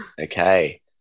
Okay